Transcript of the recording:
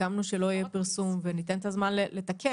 סיכמנו שלא יהיה פרסום וניתן את הזמן לתקן.